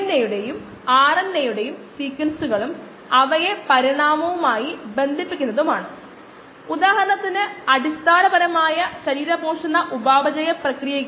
xv0 നിന്ന് xv ലേക്ക് പ്രവർത്തനക്ഷമമായ കോശങ്ങളുടെ സാന്ദ്രത കുറയ്ക്കുന്നതിനുള്ള സമയം നമ്മൾ ഇതിനകം തന്നെ കണ്ടെത്തിയിട്ടുണ്ട് അത് 2